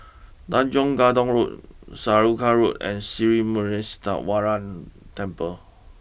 Tanjong Katong Road Saraca Road and Sri Temple